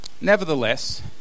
Nevertheless